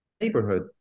neighborhood